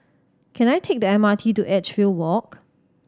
can I take the M R T to Edgefield Walk